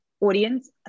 audience